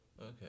Okay